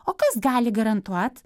o kas gali garantuot